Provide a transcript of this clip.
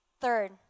Third